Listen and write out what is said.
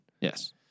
Yes